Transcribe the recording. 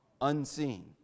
unseen